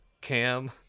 Cam